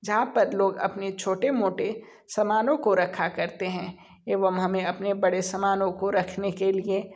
जहाँ पर लोग अपने छोटे मोटे सामानों को रखा करते हैं एवं हमें अपने बड़े सामानों को रखने के लिए